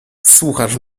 słuchasz